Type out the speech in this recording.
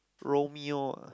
Romeo ah